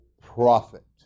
profit